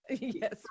yes